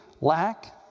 lack